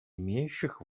имеющих